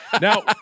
Now